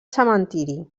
cementiri